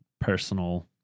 personal